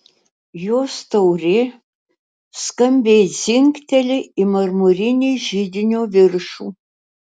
jos taurė skambiai dzingteli į marmurinį židinio viršų